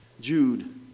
Jude